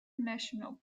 national